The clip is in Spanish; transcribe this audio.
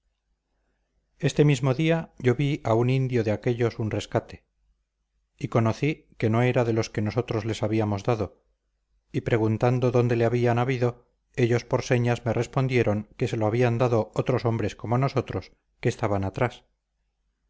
este mismo día yo vi a un indio de aquéllos un rescate y conocí que no era de los que nosotros les habíamos dado y preguntando dónde le habían habido ellos por señas me respondieron que se lo habían dado otros hombres como nosotros que estaban atrás